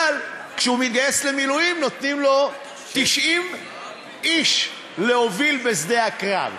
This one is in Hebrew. אבל כשהוא מתגייס למילואים נותנים לו 90 איש להוביל בשדה הקרב.